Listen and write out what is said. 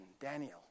Daniel